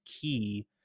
key